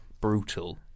Brutal